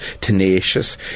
tenacious